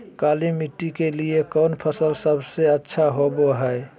काली मिट्टी के लिए कौन फसल सब से अच्छा होबो हाय?